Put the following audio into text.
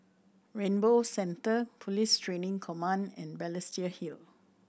Rainbow Centre Police Training Command and Balestier Hill